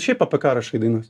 šiaip apie ką rašai dainas